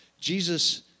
Jesus